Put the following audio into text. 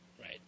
Right